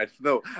no